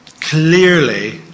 clearly